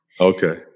okay